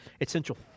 essential